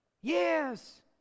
Yes